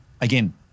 again